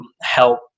help